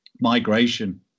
migration